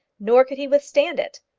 nor could he withstand it.